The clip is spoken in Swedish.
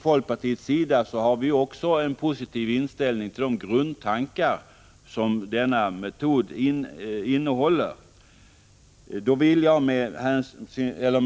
Folkpartiet har en positiv inställning till grundtankarna bakom den metoden.